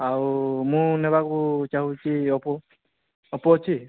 ମୁଁ ନେବାକୁ ଚାହୁଁଛି ଓପୋ ଓପୋ ଅଛି